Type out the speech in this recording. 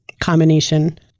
combination